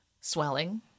swelling